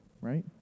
right